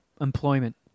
employment